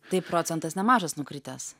taip procentas nemažas nukritęs